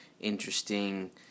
interesting